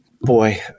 boy